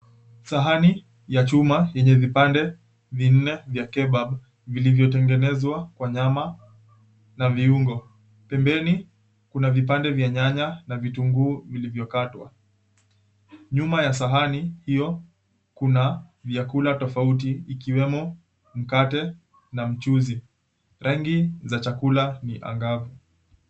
Sahani ya chuma yenye vipande vinne vya kebabu vilivyotengenezwa kwa nyama na viungo, pembeni kuna vipande vya nyanya na vitungu vilivyokatwa, nyuma ya sahani hiyo kuna vyakula tofauti ikiwemo, mkate na mchuzi, rangi za chakula ni angavu.